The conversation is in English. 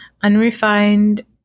unrefined